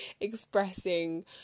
expressing